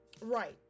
Right